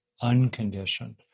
unconditioned